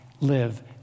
live